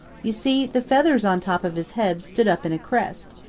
you see, the feathers on top of his head stood up in a crest,